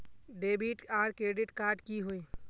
Debit आर credit card की होय?